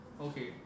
Okay